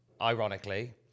ironically